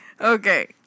Okay